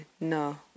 No